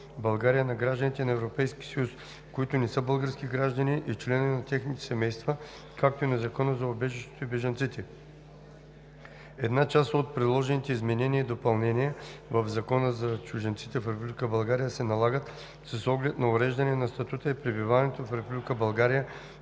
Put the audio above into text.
България на гражданите на Европейския съюз, които не са български граждани, и членовете на техните семейства, както и на Закона за убежището и бежанците. Една част от предложените изменения и допълнения в Закона за чужденците в Република България се налагат с оглед на уреждане на статута и пребиваването в Република България